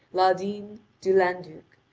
laudine de landuc,